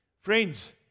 Friends